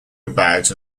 about